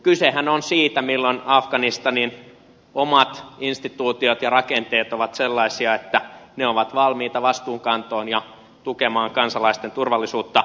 kysehän on siitä milloin afganistanin omat instituutiot ja rakenteet ovat sellaisia että ne ovat valmiita vastuunkantoon ja tukemaan kansalaisten turvallisuutta